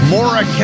Maura